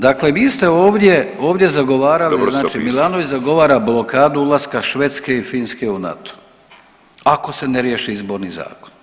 Dakle, vi ste ovdje, ovdje zagovarali [[Upadica: Dobro ste opisali.]] znači Milanović zagovara blokadu ulaska Švedske i Finske u NATO ako se ne riješi izborni zakon.